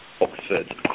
Oxford